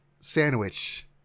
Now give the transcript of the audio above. sandwich